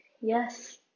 yes